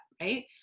right